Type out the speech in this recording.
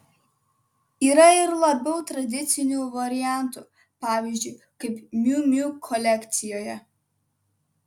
yra ir labiau tradicinių variantų pavyzdžiui kaip miu miu kolekcijoje